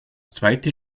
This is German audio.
zweite